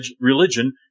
religion